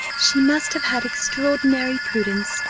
she must have had extraordinary prudence,